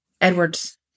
Edwards